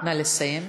נא לסיים.